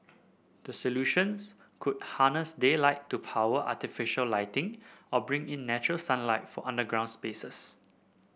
the solutions could harness daylight to power artificial lighting or bring in natural sunlight for underground spaces